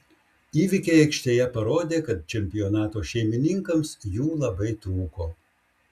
įvykiai aikštėje parodė kad čempionato šeimininkams jų labai trūko